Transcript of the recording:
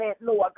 Lord